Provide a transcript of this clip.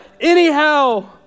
anyhow